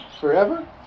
forever